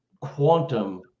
Quantum